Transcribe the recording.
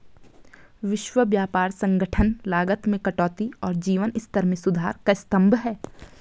विश्व व्यापार संगठन लागत में कटौती और जीवन स्तर में सुधार का स्तंभ है